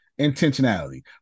Intentionality